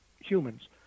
humans